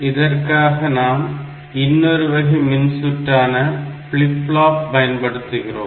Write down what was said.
இதற்காக நாம் இன்னொரு வகை மின்சுற்றான ஃபிளிப் ஃப்ளாப் பயன்படுத்துகிறோம்